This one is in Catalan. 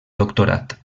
doctorat